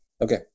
Okay